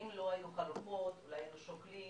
אם לא היו חלופות אולי היינו שוקלים,